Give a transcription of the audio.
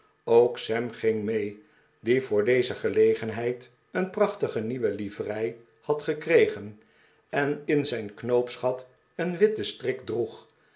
ook sam ging mee die voor deze gelegenheid een prachtige nieuwe livrei had gekregen en in zijn knoopsgat een witten strik droeg